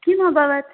किम् अभवत्